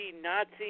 Nazi